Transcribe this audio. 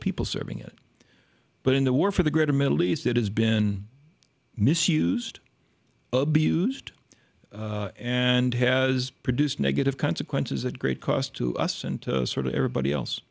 people serving it but in the war for the greater middle east it has been misused abused and has produced negative consequences at great cost to us and to sort of everybody else